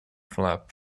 flap